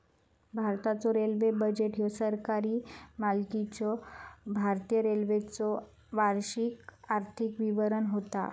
भारताचो railway budget ह्यो सरकारी मालकीच्यो भारतीय रेल्वेचो वार्षिक आर्थिक विवरण होता